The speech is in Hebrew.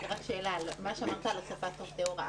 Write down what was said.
מה שאמרת לגבי עובדי ההוראה,